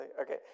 Okay